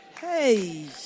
Hey